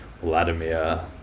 vladimir